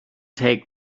take